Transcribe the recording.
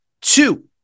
Two